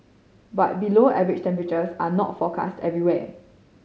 but below average temperatures are not forecast everywhere